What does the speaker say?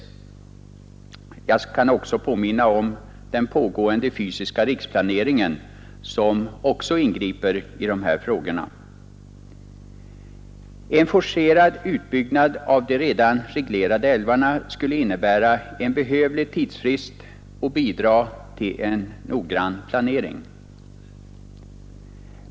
Jag kan också påminna om den pågående fysiska riksplaneringen, som också ingriper i de här frågorna. En forcerad utbyggnad av de redan reglerade älvarna skulle innebära en behövlig tidsfrist och bidra till en noggrann planering.